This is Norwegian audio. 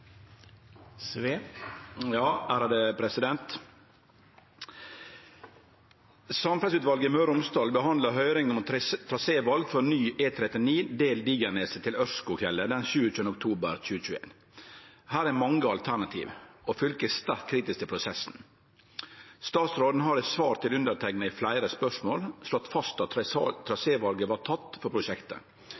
den 27. oktober 2021. Her er mange alternativ, og fylket er sterkt kritisk til prosessen. Statsråden har i svar til underteikna i fleire spørsmål slått fast at trasévalet var tatt for prosjektet,